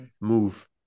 move